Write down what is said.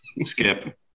Skip